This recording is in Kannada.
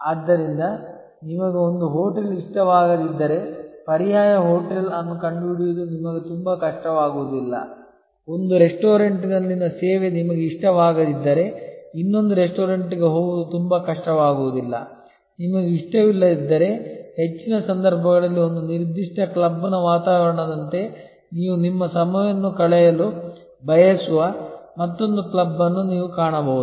ಆದ್ದರಿಂದ ನಿಮಗೆ ಒಂದು ಹೋಟೆಲ್ ಇಷ್ಟವಾಗದಿದ್ದರೆ ಪರ್ಯಾಯ ಹೋಟೆಲ್ ಅನ್ನು ಕಂಡುಹಿಡಿಯುವುದು ನಿಮಗೆ ತುಂಬಾ ಕಷ್ಟವಾಗುವುದಿಲ್ಲ ಒಂದು ರೆಸ್ಟೋರೆಂಟ್ನಲ್ಲಿನ ಸೇವೆ ನಿಮಗೆ ಇಷ್ಟವಾಗದಿದ್ದರೆ ಇನ್ನೊಂದು ರೆಸ್ಟೋರೆಂಟ್ಗೆ ಹೋಗುವುದು ತುಂಬಾ ಕಷ್ಟವಾಗುವುದಿಲ್ಲ ನಿಮಗೆ ಇಷ್ಟವಿಲ್ಲದಿದ್ದರೆ ಹೆಚ್ಚಿನ ಸಂದರ್ಭಗಳಲ್ಲಿ ಒಂದು ನಿರ್ದಿಷ್ಟ ಕ್ಲಬ್ನ ವಾತಾವರಣದಂತೆ ನೀವು ನಿಮ್ಮ ಸಮಯವನ್ನು ಕಳೆಯಲು ಬಯಸುವ ಮತ್ತೊಂದು ಕ್ಲಬ್ ಅನ್ನು ನೀವು ಕಾಣಬಹುದು